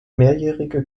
mehrjährige